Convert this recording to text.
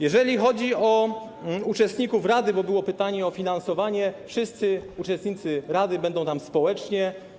Jeżeli chodzi o uczestników prac rady, bo było pytanie o finansowanie, to wszyscy uczestnicy rady będą pracowali społecznie.